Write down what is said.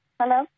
Hello